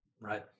Right